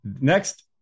next